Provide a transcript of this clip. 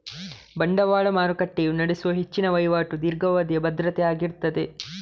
ಬಂಡವಾಳ ಮಾರುಕಟ್ಟೆಯು ನಡೆಸುವ ಹೆಚ್ಚಿನ ವೈವಾಟು ದೀರ್ಘಾವಧಿಯ ಭದ್ರತೆ ಆಗಿರ್ತದೆ